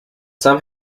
some